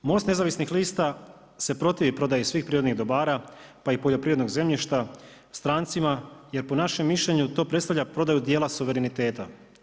Most nezavisnih lista se protivi prodaji svih prirodnih dobara pa i poljoprivrednog zemljišta strancima jer po našem mišljenju to predstavlja prodaju dijela suvereniteta.